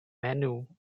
menu